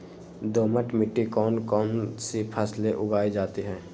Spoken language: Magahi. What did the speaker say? दोमट मिट्टी कौन कौन सी फसलें उगाई जाती है?